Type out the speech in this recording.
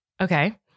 Okay